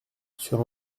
sur